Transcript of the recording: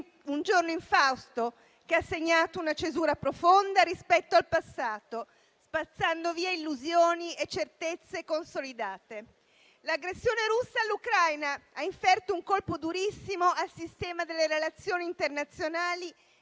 un giorno infausto, che ha segnato una cesura profonda rispetto al passato, spazzando via illusioni e certezze consolidate. L'aggressione russa all'Ucraina ha inferto un colpo durissimo al sistema delle relazioni internazionali,